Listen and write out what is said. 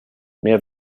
mehr